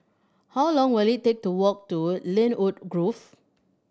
how long will it take to walk to Lynwood Grove